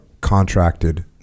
contracted